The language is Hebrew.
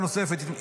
סיבה נוספת,